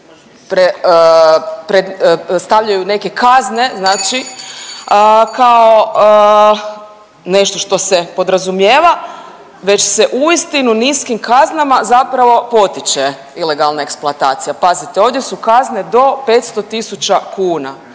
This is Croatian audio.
stavljaju i neke kazne znači kao nešto što se podrazumijeva, već se uistinu niskim kaznama zapravo potiče ilegalna eksploatacija. Pazite ovdje su kazne do 500 tisuća kuna.